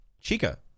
Chica